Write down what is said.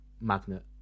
Magnet